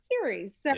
series